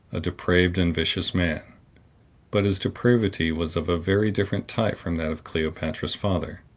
a depraved and vicious man but his depravity was of a very different type from that of cleopatra's father.